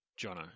Jono